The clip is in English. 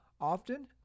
often